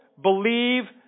believe